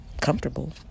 comfortable